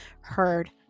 heard